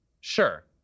sure